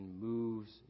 moves